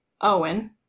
Owen